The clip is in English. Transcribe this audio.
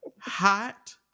hot